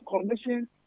commission